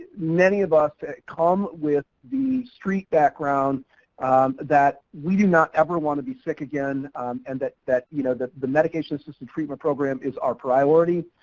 many of us that come with the street background that we do not ever want to be sick again and that that, you know, that the medication assisted treatment program is our priority,